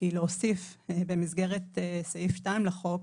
היא להוסיף במסגרת סעיף 2 לחוק,